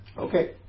Okay